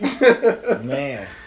Man